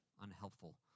unhelpful